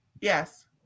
Yes